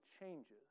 changes